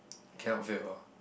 cannot fail ah